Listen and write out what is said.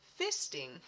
fisting